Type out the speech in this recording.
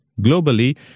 Globally